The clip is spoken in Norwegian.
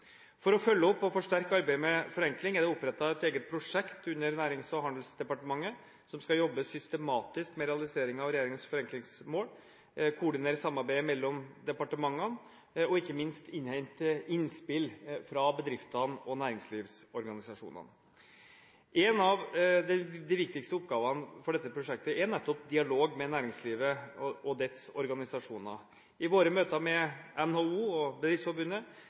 For å følge opp og forsterke arbeidet med forenkling er det opprettet et eget prosjekt under Nærings- og handelsdepartementet som skal jobbe systematisk med realiseringen av regjeringens forenklingsmål, koordinere samarbeidet mellom departementene og ikke minst innhente innspill fra bedriftene og næringslivsorganisasjonene. En av de viktigste oppgavene for dette prosjektet er nettopp dialog med næringslivet og dets organisasjoner. I våre møter med NHO og Bedriftsforbundet